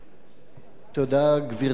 גברתי היושבת-ראש, תודה,